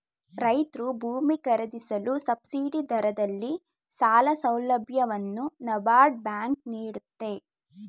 ರೈತ್ರು ಭೂಮಿ ಖರೀದಿಸಲು ಸಬ್ಸಿಡಿ ದರದಲ್ಲಿ ಸಾಲ ಸೌಲಭ್ಯವನ್ನು ನಬಾರ್ಡ್ ಬ್ಯಾಂಕ್ ನೀಡುತ್ತೆ